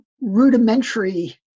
rudimentary